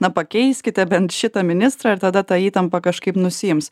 na pakeiskite bent šitą ministrą ir tada ta įtampa kažkaip nusiims